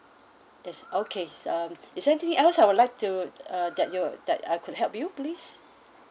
it's okay it's um is there anything else I would like to uh that you that I could help you please